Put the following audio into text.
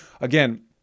again